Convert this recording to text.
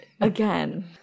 again